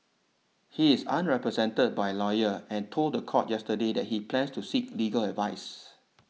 he is unrepresented by a lawyer and told the court yesterday that he plans to seek legal advice